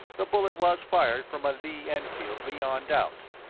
the bullet was fired from a lee-enfield beyond doubt.